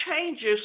changes